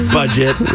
budget